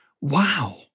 wow